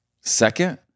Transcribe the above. Second